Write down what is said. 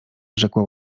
rzekła